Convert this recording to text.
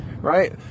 Right